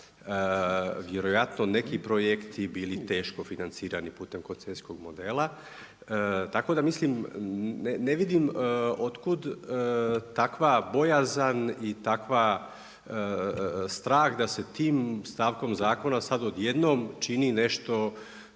vjerojatno neki projekti bili teško financirani putem koncesijskog modela. Tako da mislim, ne vidim otkud takva bojazan i takav strah da se tim stavkom zakona sad odjednom čini nešto